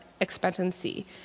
expectancy